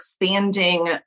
expanding